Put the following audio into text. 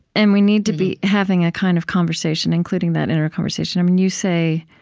and we need to be having a kind of conversation including that inner conversation um you say